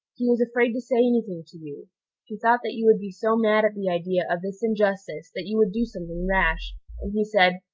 he was afraid to say any thing to you he thought that you would be so mad at the idea of this injustice that you would do something rash and he said,